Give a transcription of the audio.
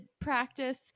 practice